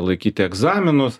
laikyti egzaminus